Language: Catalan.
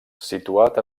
situat